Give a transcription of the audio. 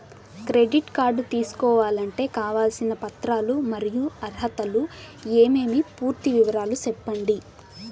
Credit card తీసుకోవాలంటే కావాల్సిన పత్రాలు మరియు అర్హతలు ఏమేమి పూర్తి వివరాలు సెప్పండి?